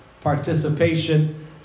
participation